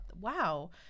wow